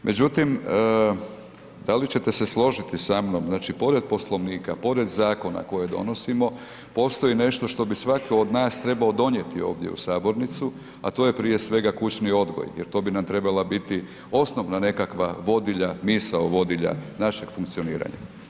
Međutim, da li ćete se složiti samnom, znači pored Poslovnika, pored zakona koje donosimo postoji nešto što bi svatko od nas trebao donijeti ovdje u sabornicu a to je prije svega kućni odgoj, jer to bi nam trebala biti osnovna nekakva vodilja, misao vodilja, našeg funkcioniranja.